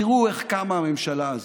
תראו איך קמה הממשלה הזאת: